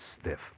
stiff